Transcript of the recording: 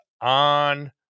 on